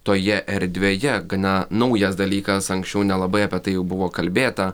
toje erdvėje gana naujas dalykas anksčiau nelabai apie tai jau buvo kalbėta